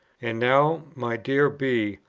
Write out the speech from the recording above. and now, my dear b,